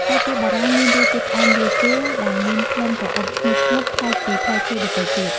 ផ្លែទៀបបារាំងមានរសជាតិផ្អែមលាយជូរ ដែលមានក្លិនក្រអូបឈ្ងុយឈ្ងប់ប្លែកពីផ្លែឈើដទៃទៀត។